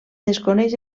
desconeix